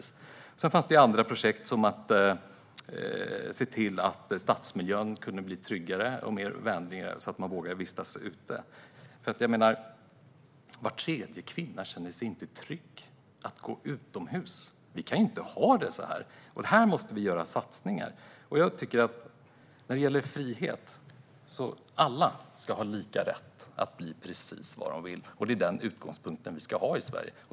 Sedan fanns det andra projekt, som att se till att stadsmiljön blir tryggare och vänligare så att man vågar vistas ute. Var tredje kvinna känner sig inte trygg med att gå utomhus. Vi kan inte ha det så. Där måste vi göra satsningar. Alla ska ha precis lika rätt att bli vad de vill. Det är den utgångspunkten vi ska ha i Sverige.